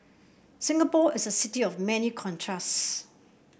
Singapore is a city of many contrasts